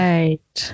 Right